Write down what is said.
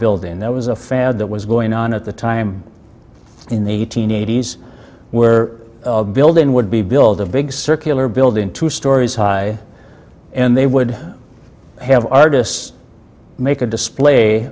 building and that was a fad that was going on at the time in the eight hundred eighty s where building would be build a big circular building two stories high and they would have artists make a display